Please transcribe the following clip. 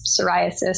psoriasis